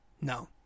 No